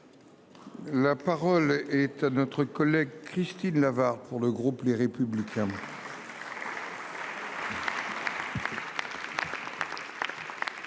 La parole est à notre collègue Christine Lavarde. Pour le groupe Les Républicains.